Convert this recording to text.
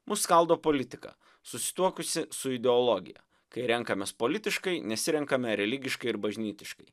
mus skaldo politika susituokusi su ideologija kai renkamės politiškai nesirenkame religiškai ir bažnytiškai